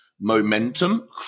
Momentum